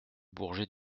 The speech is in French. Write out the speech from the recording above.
bourget